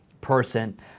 person